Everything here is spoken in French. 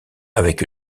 avec